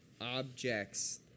objects